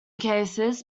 cases